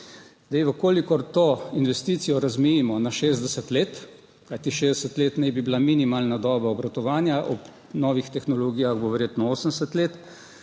v kolikor to investicijo razmejimo na 60 let, kajti 60 let naj bi bila minimalna doba obratovanja ob novih tehnologijah bo verjetno 80 let,